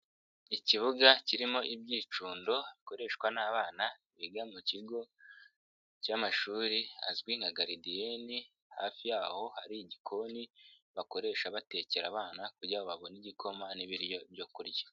Ikibuga kirimo ibyicundo bikoreshwa n'abana biga mu kigo cy'amashuri azwi nka garidiyeni, hafi y'aho hari igikoni bakoresha batekera abana kugira ngo babone igikoma n'ibiryo byo kurya.